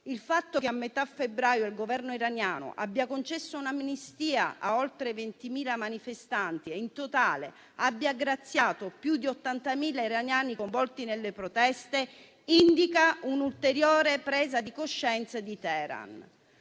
Il fatto che a metà febbraio il Governo iraniano abbia concesso un'amnistia a oltre 20.000 manifestanti e abbia graziato in totale più di 80.000 iraniani coinvolti nelle proteste indica un'ulteriore presa di coscienza di Teheran.